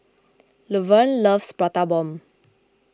Luverne loves Prata Bomb